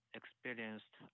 experienced